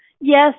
Yes